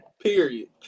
Period